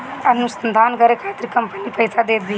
अनुसंधान करे खातिर कंपनी पईसा देत बिया